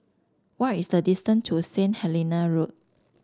what is the distance to Saint Helena Road